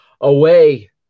away